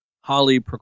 Holly